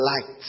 light